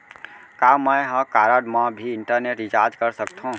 का मैं ह कारड मा भी इंटरनेट रिचार्ज कर सकथो